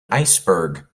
iceberg